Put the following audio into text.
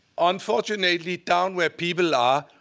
unfortunately, down where people are,